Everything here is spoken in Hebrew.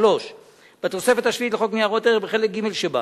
3. בתוספת השביעית לחוק ניירות ערך, בחלק ג' שבה,